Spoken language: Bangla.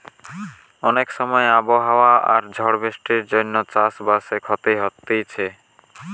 অনেক সময় আবহাওয়া আর ঝড় বৃষ্টির জন্যে চাষ বাসে ক্ষতি হতিছে